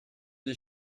des